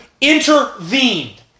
intervened